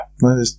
No